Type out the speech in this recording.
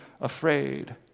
afraid